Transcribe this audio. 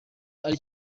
ari